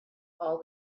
all